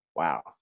Wow